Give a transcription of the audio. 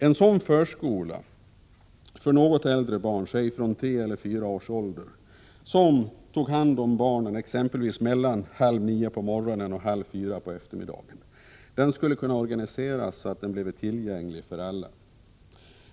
En sådan förskola för något äldre barn, säg från tre eller fyra års ålder, där man tar hand om barnen mellan exempelvis kl. 8.30 på morgonen och kl. 15.30 på eftermiddagen, skulle kunna organiseras så att den blev tillgänglig för alla.